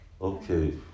Okay